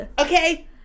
Okay